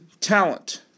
talent